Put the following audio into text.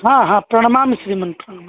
हा हा प्रणमामि श्रीमन्